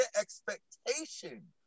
expectation